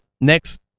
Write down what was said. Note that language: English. next